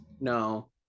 no